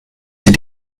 sie